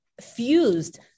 fused